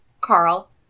Carl